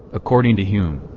according to hume?